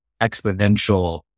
exponential